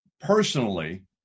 personally